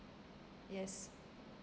yes